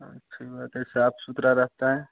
अच्छी बात है साफ़ सुथरा रहता है